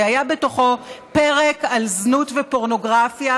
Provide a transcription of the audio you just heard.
והיה בתוכו פרק על זנות ופורנוגרפיה.